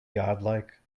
godlike